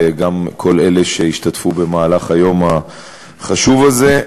וגם את כל אלה שהשתתפו ביום החשוב הזה,